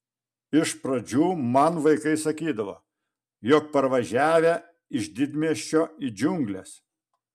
iš pradžių man vaikai sakydavo jog parvažiavę iš didmiesčio į džiungles